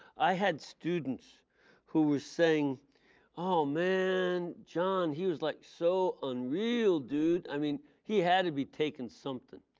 i had students who were saying ah man, john he was like so unreal dude i mean he had to be taking something.